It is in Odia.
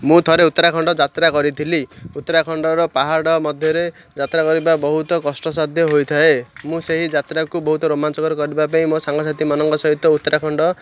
ମୁଁ ଥରେ ଉତ୍ତରାଖଣ୍ଡ ଯାତ୍ରା କରିଥିଲି ଉତ୍ତରାଖଣ୍ଡର ପାହାଡ଼ ମଧ୍ୟରେ ଯାତ୍ରା କରିବା ବହୁତ କଷ୍ଟସାଧ୍ୟ ହୋଇଥାଏ ମୁଁ ସେହି ଯାତ୍ରାକୁ ବହୁତ ରୋମାଞ୍ଚକର କରିବା ପାଇଁ ମୋ ସାଙ୍ଗସାଥି ମାନଙ୍କ ସହିତ ଉତ୍ତରାଖଣ୍ଡ